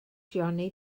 johnny